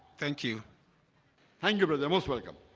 thank you thank you, brother. most welcome